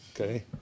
Okay